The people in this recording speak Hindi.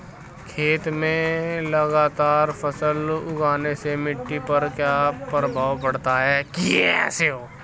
खेत में लगातार फसल उगाने से मिट्टी पर क्या प्रभाव पड़ता है?